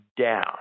down